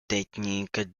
techniques